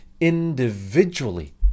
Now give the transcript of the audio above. individually